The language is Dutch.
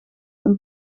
een